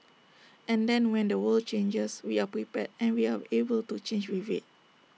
and then when the world changes we are prepared and we are able to change with IT